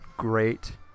great